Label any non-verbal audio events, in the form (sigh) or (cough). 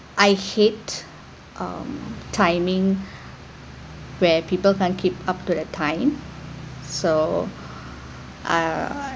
I hate um timing where people can't keep up to the time so (breath) uh